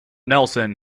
nelson